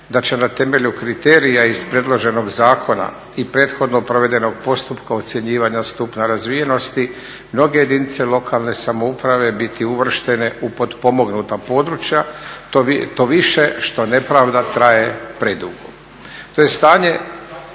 da će na temelju kriterija iz predloženog zakona i prethodno provedenog postupka ocjenjivanja stupnja razvijenosti mnoge jedinice lokalne samouprave biti uvrštene u potpomognuta područja to više što nepravda traje predugo. To je stanje